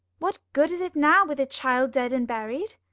what good is it now with the child dead and buried?